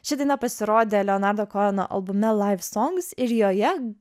ši daina pasirodė leonardo koeno albume live songs ir joje